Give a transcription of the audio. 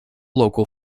local